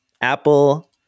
Apple